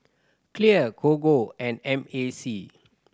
Clear Gogo and M A C